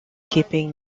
keeping